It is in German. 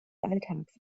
alltags